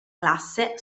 classe